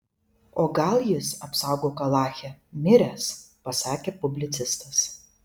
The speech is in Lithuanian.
o gal jis apsaugok alache miręs pasakė publicistas